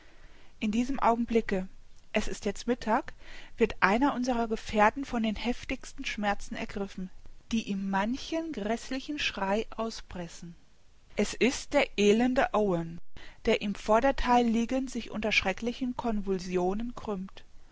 in diesem augenblicke es ist jetzt mittag wird einer unserer gefährten von den heftigsten schmerzen ergriffen die ihm manchen gräßlichen schrei auspressen es ist der elende owen der im vordertheil liegend sich unter schrecklichen convulsionen krümmt